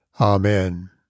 Amen